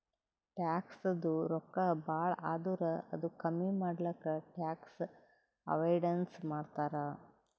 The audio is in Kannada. ಟ್ಯಾಕ್ಸದು ರೊಕ್ಕಾ ಭಾಳ ಆದುರ್ ಅದು ಕಮ್ಮಿ ಮಾಡ್ಲಕ್ ಟ್ಯಾಕ್ಸ್ ಅವೈಡನ್ಸ್ ಮಾಡ್ತಾರ್